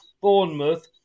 Bournemouth